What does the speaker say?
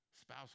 spouse